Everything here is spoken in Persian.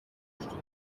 پشتکار